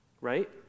Right